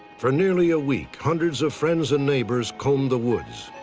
for nearly a week, hundreds of friends and neighbors combed the woods.